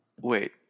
Wait